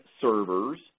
servers